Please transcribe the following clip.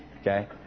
Okay